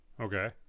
Okay